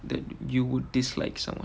that you would dislike someone